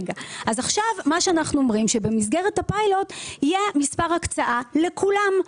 אנחנו אומרים שבמסגרת הפיילוט יהיה מספר הקצאה לכולם.